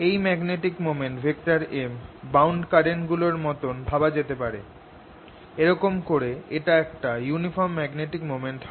এই magnetic moment M bound current গুলোর মতন ভাবা যেতে পারে এরকম করে এটা একটা ইউনিফর্ম ম্যাগনেটিক মোমেন্ট হয়